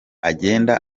agenda